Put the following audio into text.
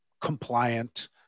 compliant